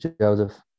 Joseph